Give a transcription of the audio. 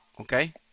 Okay